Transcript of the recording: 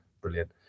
Brilliant